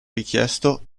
richiesto